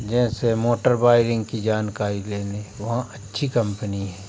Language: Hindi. जैसे मोटर वाइरिंग की जानकारी लेने वहाँ अच्छी कम्पनी है